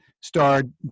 Starred